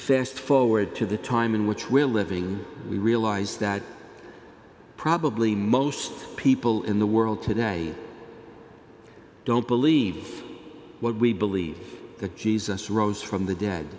fast forward to the time in which we're living we realize that probably most people in the world today don't believe what we believe that jesus rose from